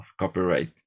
copyright